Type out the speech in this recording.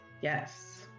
Yes